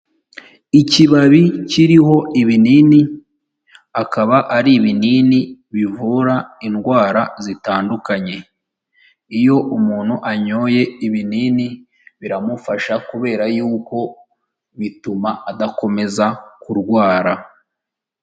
Ikibabi kiriho ibinini, akaba ari ibinini bivura indwara zitandukanye, iyo umuntu anyoye ibinini biramufasha, kubera yuko bituma adakomeza kurwara.